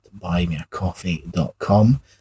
buymeacoffee.com